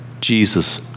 Jesus